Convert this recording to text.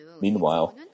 Meanwhile